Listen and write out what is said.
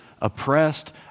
oppressed